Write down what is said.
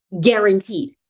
guaranteed